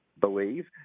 believe